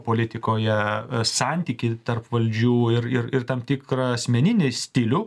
politikoje santykį tarp valdžių ir ir ir tam tikrą asmeninį stilių